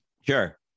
Sure